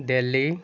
Delhi